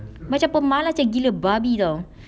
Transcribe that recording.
macam pemalas jer gila babi [tau]